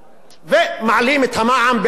ומעלים את המע"מ ב-1%,